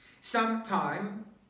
Sometime